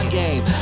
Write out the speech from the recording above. game